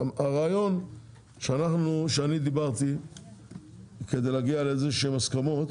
הרעיון שאני דיברתי כדי להגיע לאיזשהם הסכמות